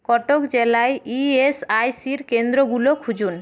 কটক জেলায় ইএসআইসির কেন্দ্রগুলো খুঁজুন